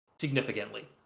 significantly